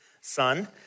son